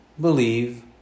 believe